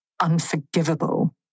Unforgivable